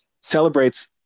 celebrates